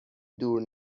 دور